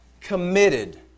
committed